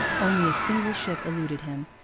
only a single ship eluded him,